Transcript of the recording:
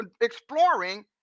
exploring